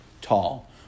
tall